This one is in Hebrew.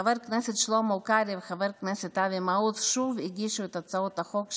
חבר הכנסת שלמה קרעי וחבר הכנסת אבי מעוז שוב הגישו את הצעות החוק שלהם,